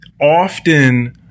often